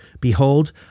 Behold